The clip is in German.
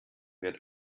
wird